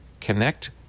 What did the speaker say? Connect